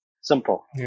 Simple